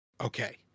Okay